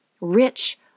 rich